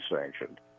sanctioned